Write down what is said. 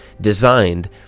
designed